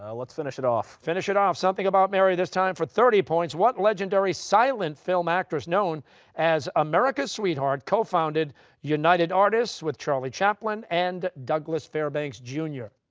ah let's finish it off. costa finish it off, something about mary, this time for thirty points. what legendary silent film actress known as america's sweetheart co-founded united artists with charlie chaplin and douglas fairbanks, jr?